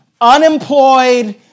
unemployed